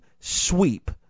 Sweep